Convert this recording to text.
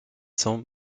cents